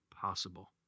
possible